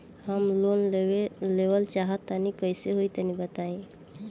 हम लोन लेवल चाहऽ तनि कइसे होई तनि बताई?